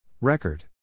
Record